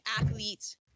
athletes